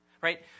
Right